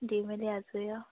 দি মেলি আজৰি আৰু